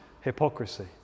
hypocrisy